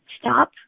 stop